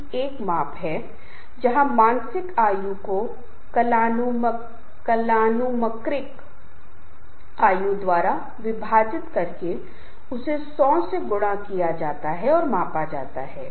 समूह का आकार 2 लोगों से शुरू होकर बहुत बड़ी संख्या के लोग भी हो सकते है इसका मतलब यह है कि समूह के सदस्यों की संख्या से संबंधित ऐसी कोई सीमा नहीं है कि समूह में कितने सदस्य होने चाहिए सिर्फ 2 या अधिक एक समूह बना सकते हैं